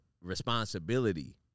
responsibility